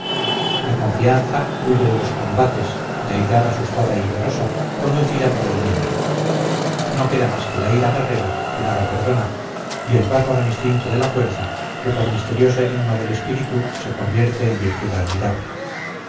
la confianza huye de los combates deidad asustada y llorosa conducida por el miedo no queda más que la ira guerrera que nada perdona y el bárbaro instinto de la fuerza que por misterioso enigma del espíritu se convierte en virtud admirable